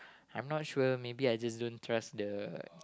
I'm not sure maybe I just don't trust the